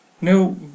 no